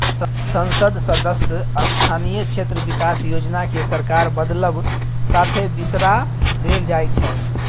संसद सदस्य स्थानीय क्षेत्र बिकास योजना केँ सरकार बदलब साथे बिसरा देल जाइ छै